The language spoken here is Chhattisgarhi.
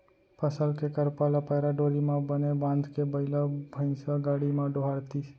फसल के करपा ल पैरा डोरी म बने बांधके बइला भइसा गाड़ी म डोहारतिस